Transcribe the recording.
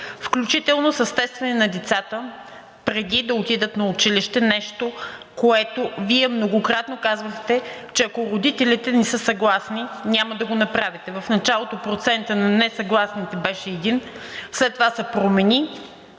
включително с тестване на децата, преди да отидат на училище – нещо, което Вие многократно казвахте, че ако родителите не са съгласни, няма да го направите. В началото процентът на несъгласните беше един, след това се промени